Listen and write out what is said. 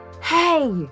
Hey